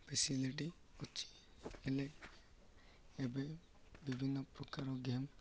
facility ଅଛି ହେଲେ ଏବେ ବିଭିନ୍ନପ୍ରକାର ଗେମ୍